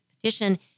petition